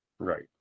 right